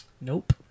Nope